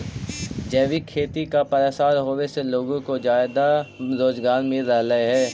जैविक खेती का प्रसार होवे से लोगों को ज्यादा रोजगार मिल रहलई हे